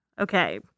Okay